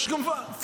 יש גם פלסטינים.